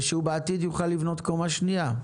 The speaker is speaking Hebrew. ושהוא בעתיד יוכל לבנות קומה שנייה,